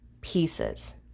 pieces